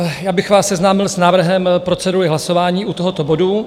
Já bych vás seznámil s návrhem procedury hlasování u tohoto bodu.